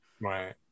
right